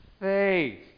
Faith